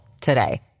today